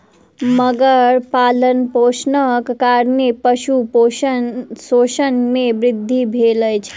मगर पालनपोषणक कारणेँ पशु शोषण मे वृद्धि भेल अछि